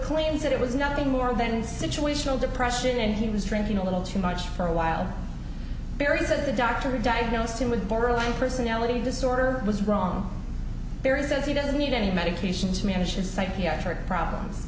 claims that it was nothing more than situational depression and he was drinking a little too much for a while barry's of the doctor who diagnosed him with borderline personality disorder was wrong barry says he doesn't need any medication to manage his psychiatric problem